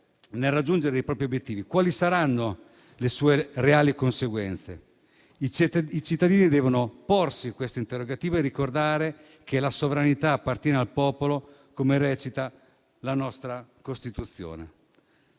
nel raggiungere i propri obiettivi, quali saranno le sue reali conseguenze? I cittadini devono porsi questo interrogativo e ricordare che la sovranità appartiene al popolo, come recita la nostra Costituzione.